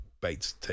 Bates